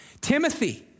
Timothy